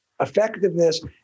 effectiveness